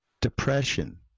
depression